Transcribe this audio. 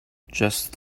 just